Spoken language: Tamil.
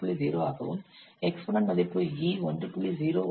0 ஆகவும் எக்ஸ்பொனென்ட மதிப்பு E 1